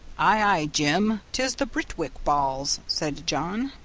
ay, ay, jim, tis the birtwick balls, said john,